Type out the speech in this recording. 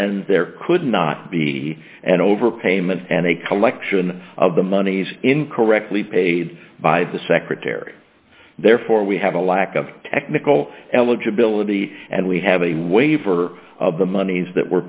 then there could not be an overpayment and a collection of the monies incorrectly paid by the secretary therefore we have a lack of technical eligibility and we have a waiver of the monies that